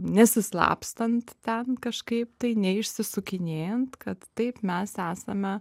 nesislapstant ten kažkaip tai neišsisukinėjant kad taip mes esame